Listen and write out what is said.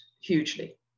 hugely